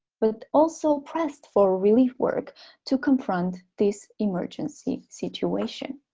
but also pressed for relief work to confront this emergency situation